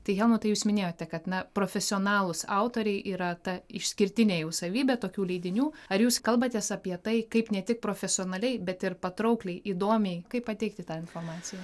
tai helmutai tai jūs minėjote kad na profesionalūs autoriai yra ta išskirtinė jų savybė tokių leidinių ar jūs kalbatės apie tai kaip ne tik profesionaliai bet ir patraukliai įdomiai kaip pateikti tą informaciją